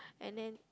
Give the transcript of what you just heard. and then